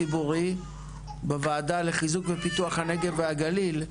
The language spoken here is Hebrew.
הציבורי בוועדה לחיזוק ופיתוח הנגב והגליל.